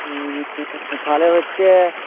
হুম হুম হুম তাহলে হচ্ছে